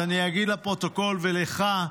אז אני אגיד לפרוטוקול ולך,